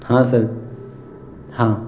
ہاں سر ہاں